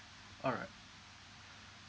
all right